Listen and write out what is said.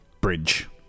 Bridge